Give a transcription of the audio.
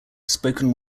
spoken